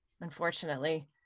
unfortunately